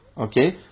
Okay